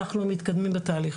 אנחנו מתקדמים בתהליך.